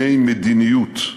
מדיניות,